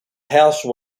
house